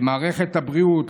למערכת הבריאות,